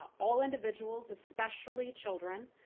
all individuals, especially children,